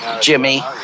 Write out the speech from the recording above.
Jimmy